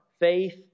faith